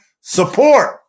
support